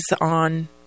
on